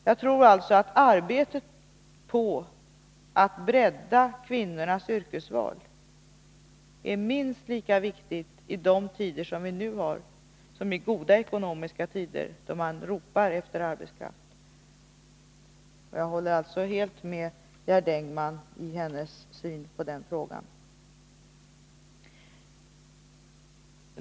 Jag tror alltså att arbetet på att bredda kvinnornas yrkesval är minst lika viktigt i de tider vi nu har som i goda ekonomiska tider, då man ropar efter arbetskraft. Jag håller helt med Gerd Engman när det gäller hennes syn på den frågan.